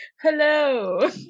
hello